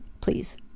Please